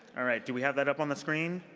all right. do we have that up on the screen?